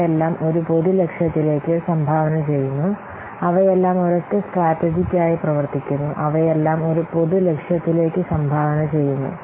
അവയെല്ലാം ഒരു പൊതു ലക്ഷ്യത്തിലേക്ക് സംഭാവന ചെയ്യുന്നു അവയെല്ലാം ഒരൊറ്റ സ്ട്രാടെജിക്കായി പ്രവർത്തിക്കുന്നു അവയെല്ലാം ഒരു പൊതു ലക്ഷ്യത്തിലേക്ക് സംഭാവന ചെയ്യുന്നു